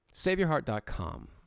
SaveYourHeart.com